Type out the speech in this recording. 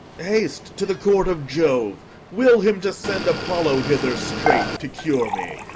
haste to the court of jove will him to send apollo hither straight, to cure me,